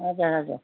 हजुर हजुर